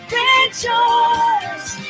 rejoice